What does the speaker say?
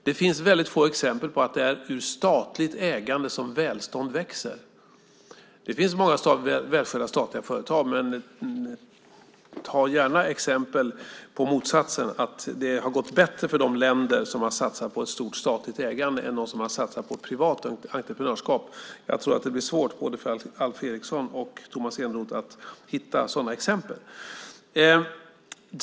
Det finns väldigt få exempel på att det är ur statligt ägande som välstånd växer, även om det finns många välskötta statliga företag. Men ge gärna exempel på motsatsen, att det har gått bättre för de länder som har satsat på ett stort statligt ägande än för dem som har satsat på privat entreprenörskap! Jag tror att det blir svårt för både Alf Eriksson och Tomas Eneroth att hitta sådana exempel.